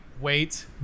wait